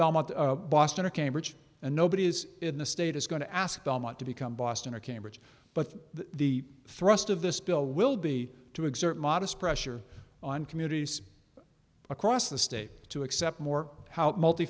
belmont boston or cambridge and nobody is in the state is going to ask belmont to become boston or cambridge but the thrust of this bill will be to exert modest pressure on communities across the state to accept more how multi